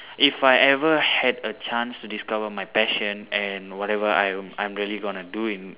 if I ever had a chance to discover my passion and whatever I am I am really going to do in